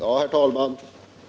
Herr talman!